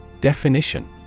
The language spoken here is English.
Definition